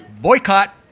Boycott